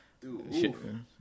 dude